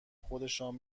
خودشان